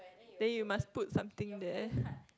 then you must put something there